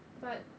but